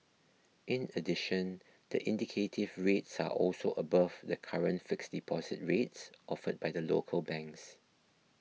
in addition the indicative rates are also above the current fixed deposit rates offered by the local banks